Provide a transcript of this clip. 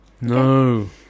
No